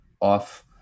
off